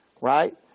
right